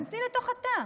תיכנסי לתוך התא.